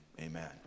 amen